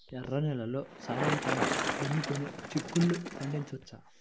ఎర్ర నేలల్లో సారవంతంగా దున్నుకొని చిక్కుళ్ళు పండించవచ్చు